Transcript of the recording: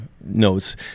notes